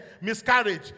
miscarriage